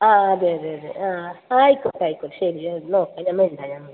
ആ അതെ അതെ അതെ ആ ആയിക്കോട്ടെ ആയിക്കോ ശരി എന്നാൽ ഓക്കെ എന്നാൽ ഉണ്ടായാൽ മതി